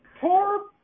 poor